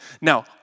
Now